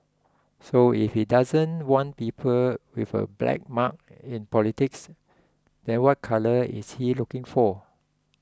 so if he doesn't want people with a black mark in politics then what colour is he looking for